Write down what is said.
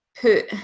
put